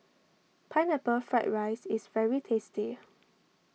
Pineapple Fried Rice is very tasty